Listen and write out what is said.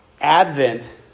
Advent